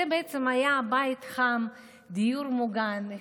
זה היה בית חם, דיור מוגן.